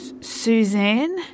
Suzanne